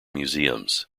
museums